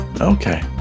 Okay